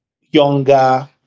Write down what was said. younger